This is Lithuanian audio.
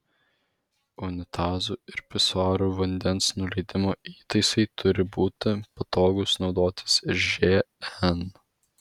unitazų ir pisuarų vandens nuleidimo įtaisai turi būti patogūs naudotis žn